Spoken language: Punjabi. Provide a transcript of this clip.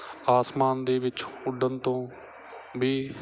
ਆਸਮਾਨ ਦੇ ਵਿੱਚ ਉੱਡਣ ਤੋਂ ਵੀ